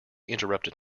interrupted